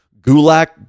Gulak